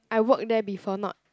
I work there before not